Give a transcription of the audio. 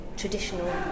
traditional